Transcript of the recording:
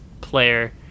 player